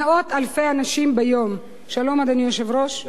מאות אלפי אנשים ביום, שלום, אדוני היושב-ראש,